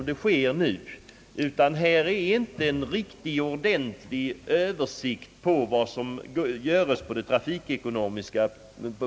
Det finns inte någon riktig översikt över vad som görs på trafikplanet.